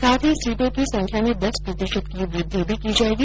साथ ही सीटों की संख्या में दस प्रतिशत की वृद्वि भी की जाएगी